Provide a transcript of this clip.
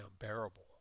unbearable